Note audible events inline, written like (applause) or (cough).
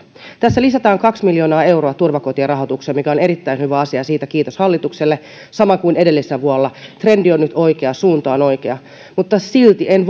tässä lisätään kaksi miljoonaa euroa turvakotien rahoitukseen mikä on erittäin hyvä asia siitä kiitos hallitukselle sama kuin edellisenä vuonna trendi on nyt oikea suunta on oikea mutta silti en (unintelligible)